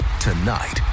Tonight